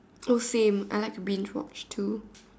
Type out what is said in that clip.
oh same I like to binge watch too